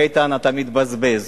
איתן, אתה מתבזבז,